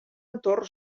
entorn